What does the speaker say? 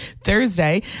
Thursday